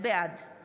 בעד